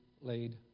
laid